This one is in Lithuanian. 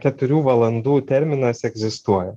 keturių valandų terminas egzistuoja